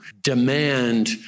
demand